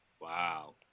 Wow